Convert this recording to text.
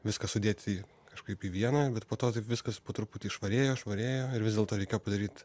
viską sudėti kažkaip į vieną bet po to taip viskas po truputį švarėjo švarėjo ir vis dėlto reikėjo padaryt